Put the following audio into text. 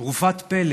תרופת פלא